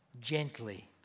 gently